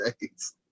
days